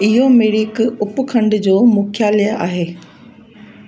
इहो मिरिक उपखंड जो मुख्यालय आहे